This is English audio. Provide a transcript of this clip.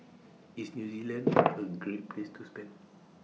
IS New Zealand A Great Place to spend